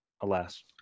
alas